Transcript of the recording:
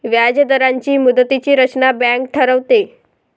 व्याजदरांची मुदतीची रचना बँक ठरवते